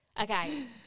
Okay